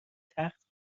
تخت